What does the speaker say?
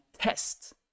test